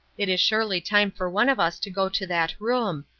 it is surely time for one of us to go to that room.